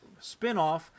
spinoff